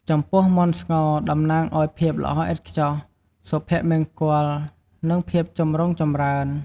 ចំពោះមាន់ស្ងោរ តំណាងឱ្យភាពល្អឥតខ្ចោះ សុភមង្គល និងភាពចម្រុងចម្រើន ។